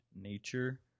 nature